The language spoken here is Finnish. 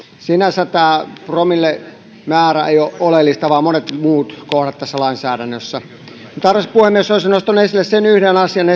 sinänsä tämä promillemäärä ei ole oleellista vaan monet muut kohdat tässä lainsäädännössä arvoisa puhemies olisin nostanut esille esimerkiksi sen yhden asian